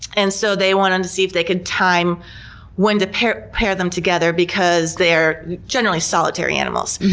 and so they wanted to see if they could time when to pair pair them together because they're generally solitary animals.